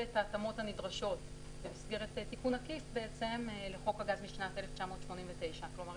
את ההתאמות הנדרשות במסגרת תיקון עקיף לחוק הגז משנת 1989. כלומר,